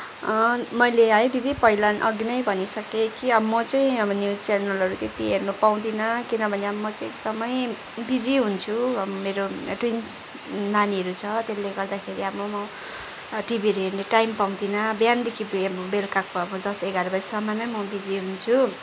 मैले है दिदी पहिला अघि नै भनिसकेँ कि अब म चाहिँ अब न्युज च्यानलहरू त्यति हेर्नु पाउँदिनँ किनभने अब म चाहिँ एकदमै बिजी हुन्छु अब मेरो ट्विन्स नानीहरू छ त्यसले गर्दाखेरि अब म टिभीहरू हेर्ने टाइम पाउँदिनँ बिहानदेखि बेलुकाको अब दस एघार बजीसम्म नै म बिजी हुन्छु